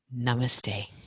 namaste